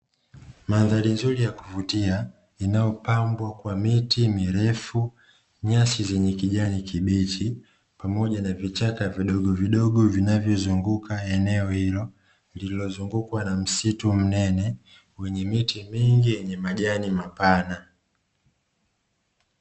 Mandhari nzuri ya kuvutia inayopambwa kwa miti mirefu, nyasi zenye kijani kibichi pamoja na vichaka vidogovidogo vinavyozunguka eneo hilo lililozungukwa na msitu mnene wenye miti mingi yenye majani mapana.